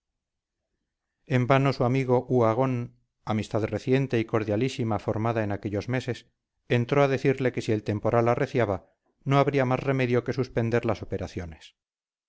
en vano su amigo uhagón amistad reciente y cordialísima formada en aquellos meses entró a decirle que si el temporal arreciaba no habría más remedio que suspender las operaciones